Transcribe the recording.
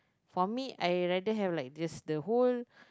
for me I rather have like this the whole